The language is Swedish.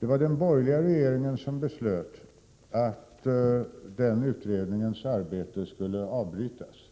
Det var den borgerliga regeringen som beslöt att utredningens arbete skulle avbrytas,